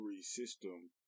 system